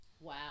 Wow